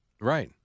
Right